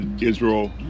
israel